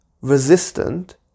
resistant